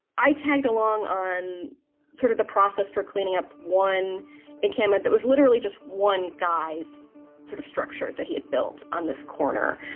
i tagged along on sort of the process for cleaning up one encampment that was literally just one guy's sort of structure that he had built on this corner.